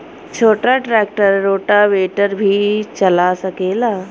छोटा tractor rotavator भी चला सकेला?